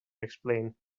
explain